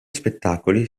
spettacoli